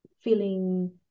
feeling